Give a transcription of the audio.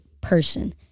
person